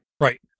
Right